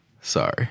Sorry